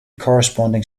corresponding